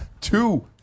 two